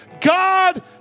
God